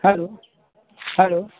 hello hello